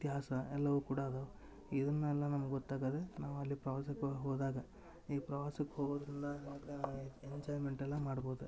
ಇತಿಹಾಸ ಎಲ್ಲಾವೂ ಕೂಡ ಅದು ಇದನ್ನ ನಮಗ ಗೊತ್ತಾಗದ ನಾವು ಅಲ್ಲಿ ಪ್ರವಾಸಕ್ಕೆ ಹೋದಾಗ ಈ ಪ್ರವಾಸಕ್ಕೆ ಹೋಗೋದರಿಂದ ಮತ್ತು ನಾವು ಎಂಜಾಯ್ಮೆಂಟ್ ಎಲ್ಲಾ ಮಾಡ್ಬೌದ